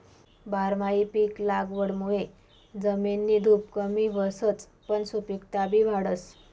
बारमाही पिक लागवडमुये जमिननी धुप कमी व्हसच पन सुपिकता बी वाढस